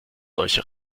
solche